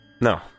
No